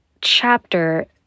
chapter